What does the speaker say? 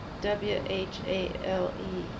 W-H-A-L-E